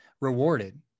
rewarded